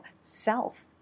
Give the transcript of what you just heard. self